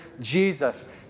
Jesus